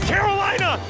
Carolina